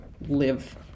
live